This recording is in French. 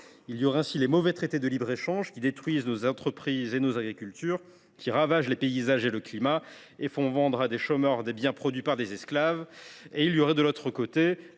Il y aurait ainsi d’un côté les mauvais traités de libre échange, qui détruisent nos entreprises et nos agricultures, qui ravagent les paysages et le climat, et font vendre à des chômeurs des biens produits par des esclaves ; et il y aurait de l’autre côté